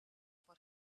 for